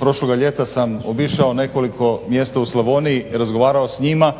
prošloga ljeta sam obišao nekoliko mjesta u Slavoniji, razgovarao sa njima